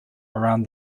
around